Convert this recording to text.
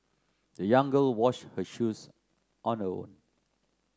the young girl washed her shoes on her own